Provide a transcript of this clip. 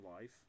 life